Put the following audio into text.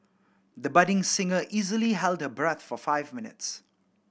the budding singer easily held her breath for five minutes